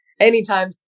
anytime